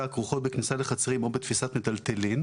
הכרוכות בכניסה לחצרים או בתפיסת מיטלטלין".